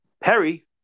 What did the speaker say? Perry